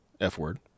F-word